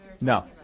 No